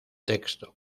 texto